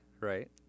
Right